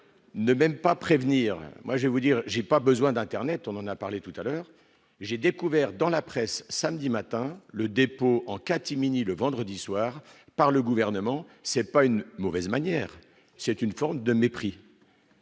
ne même pas prévenir, moi je vais vous dire j'ai pas besoin d'internet, on en a parlé tout à l'heure, j'ai découvert dans la presse samedi matin le dépôt en catimini le vendredi soir par le gouvernement, c'est pas une mauvaise manière, c'est une forme de mépris